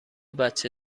بچه